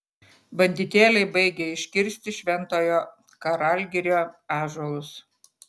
banditėliai baigia iškirsti šventojo karalgirio ąžuolus